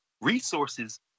Resources